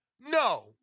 No